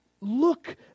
Look